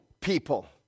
people